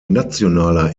nationaler